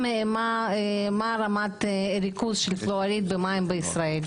מה רמת הריכוז של פלואוריד במים בישראל.